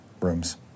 rooms